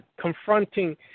confronting